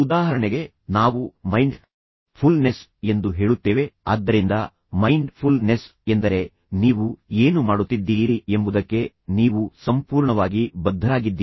ಉದಾಹರಣೆಗೆ ನಾವು mindfulness ಎಂದು ಹೇಳುತ್ತೇವೆ ಆದ್ದರಿಂದ ಮೈಂಡ್ ಫುಲ್ ನೆಸ್ ಎಂದರೆ ನೀವು ಏನು ಮಾಡುತ್ತಿದ್ದೀರಿ ಎಂಬುದಕ್ಕೆ ನೀವು ಸಂಪೂರ್ಣವಾಗಿ ಬದ್ಧರಾಗಿದ್ದೀರಿ